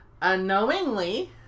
unknowingly